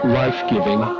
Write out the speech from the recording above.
life-giving